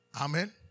Amen